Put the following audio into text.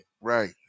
right